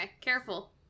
careful